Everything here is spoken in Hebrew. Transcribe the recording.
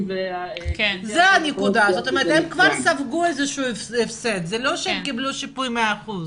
אם זה מגיע מאזור מסוים או משכונה מסוימת,